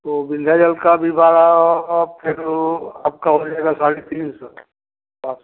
तो विंध्याचल का भी भाड़ा फिर वो आपका हो जाएगा साढ़े तीन सौ हिसाब से